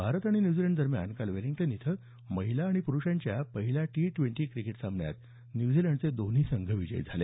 भारत आणि न्यूझीलंडदरम्यान काल वेलिंग्टन इथं महिला आणि प्रुषांच्या पहिल्या टी ट्वेंटी क्रिकेट सामन्यात न्यूझीलंडचे दोन्ही संघ विजयी झाले